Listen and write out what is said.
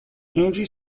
angie